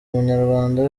munyarwanda